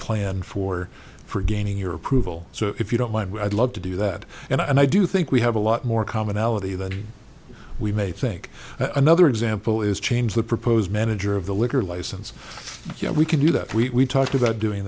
plan for for gaining your approval so if you don't mind i'd love to do that and i do think we have a lot more commonality that we may think another example is change the proposed manager of the liquor license you know we can do that we talked about doing